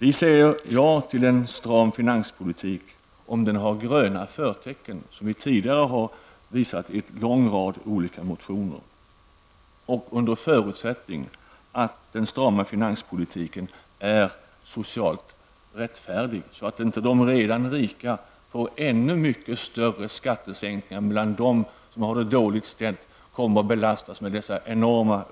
Vi säger ja till en stram finanspolitik om den har de gröna förtecken som vi tidigare har visat på i en lång rad motioner och under förutsättning att den strama finanspolitiken är socialt rättfärdig. Det får inte vara så, att de redan rika får ännu större skattesänkningar, medan de som har det dåligt ställt belastas med olika enorma